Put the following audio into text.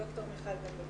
ד"ר מיכל בן דוד